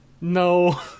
no